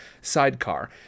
Sidecar